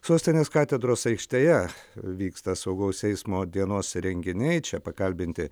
sostinės katedros aikštėje vyksta saugaus eismo dienos renginiai čia pakalbinti